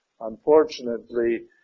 Unfortunately